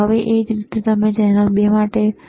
હવે એ જ રીતે ચેનલ 2 માટે બરાબર